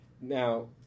Now